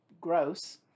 gross